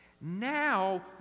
now